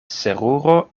seruro